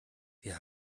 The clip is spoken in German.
wir